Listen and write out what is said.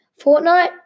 Fortnite